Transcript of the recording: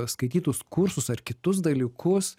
skaitytus kursus ar kitus dalykus